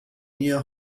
near